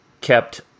kept